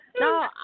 No